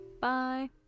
Bye